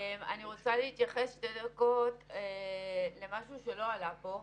אני רוצה להתייחס שתי דקות למשהו שלא עלה פה,